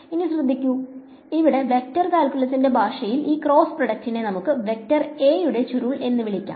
ഇനി ശ്രദ്ധിക്കു ഇവിടെ വെക്ടർ കാൽക്കുലസിന്റെ ഭാഷയിൽ ഈ ക്രോസ്സ് പ്രോഡക്റ്റിനെ നമുക്ക് വെക്ടർ a യുടെ ചുരുൾ എന്ന് വിളിക്കാം